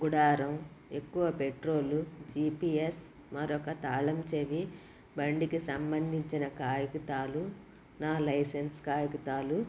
గుడారం ఎక్కువ petrol GPS మరొక తాళం చెవి బండికి సంబంధించిన కాగితాలు నా లైసెన్స్ కాగితాలు